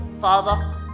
Father